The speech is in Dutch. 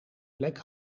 plek